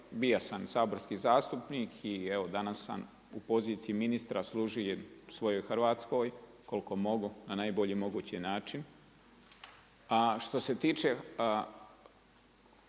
bio sam saborski zastupnik i evo danas sam u poziciji ministra služim svojoj Hrvatskoj koliko mogu na najbolji mogući način. A što se tiče